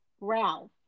Ralph